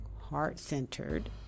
heart-centered